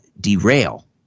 Derail